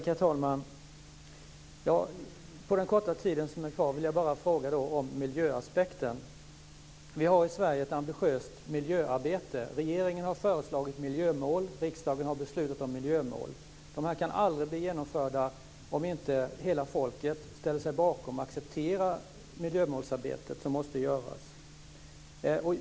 Herr talman! På den korta tid som är kvar vill jag bara fråga om miljöaspekten. Vi har i Sverige ett ambitiöst miljöarbete. Regeringen har föreslagit miljömål. Riksdagen har beslutat om miljömål. Dessa mål kan aldrig bli genomförda om inte hela folket ställer sig bakom och accepterar det miljömålsarbete som måste utföras.